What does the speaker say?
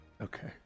Okay